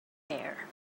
bare